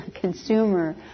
consumer